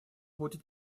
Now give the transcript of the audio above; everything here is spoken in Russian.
будет